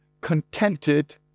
contented